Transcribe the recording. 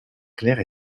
clerc